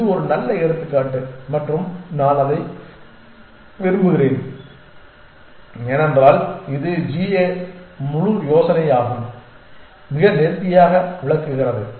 இது ஒரு நல்ல எடுத்துக்காட்டு மற்றும் நான் அதை விரும்புகிறேன் ஏனென்றால் இது g a முழு யோசனையையும் மிக நேர்த்தியாக விளக்குகிறது